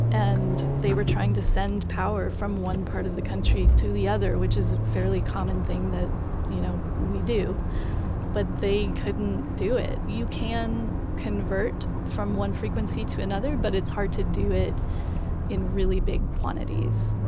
and they were trying to send power from one part of the country to the other, which is a fairly common thing that you know we do but they couldn't do it. you can convert from one frequency to another, but it's hard to do it in really big quantities.